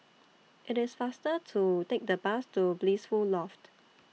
IT IS faster to Take The Bus to Blissful Loft